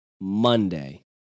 Monday